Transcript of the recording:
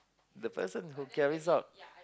the person who carries out